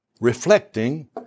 reflecting